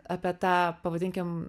apie tą pavadinkim